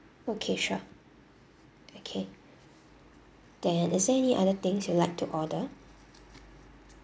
okay sure okay then is there any other things you like to order